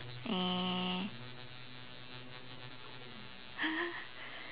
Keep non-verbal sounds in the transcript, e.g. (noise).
uh (laughs)